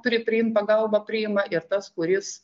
turi priimt pagalbą priima ir tas kuris